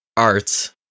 Arts